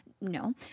No